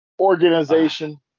organization